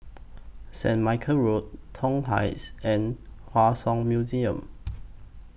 Saint Michael's Road Toh Heights and Hua Song Museum